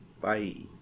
Bye